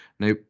Now